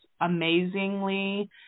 amazingly